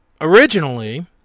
originally